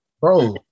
Bro